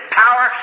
power